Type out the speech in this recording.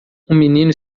menino